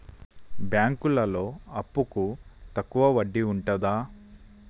బ్యాంకులలో అప్పుకు తక్కువ వడ్డీ ఉంటదా?